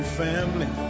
family